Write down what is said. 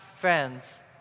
friends